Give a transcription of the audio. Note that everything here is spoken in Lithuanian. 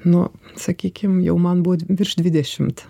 nuo sakykim jau man buvo virš dvidešimt